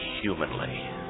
humanly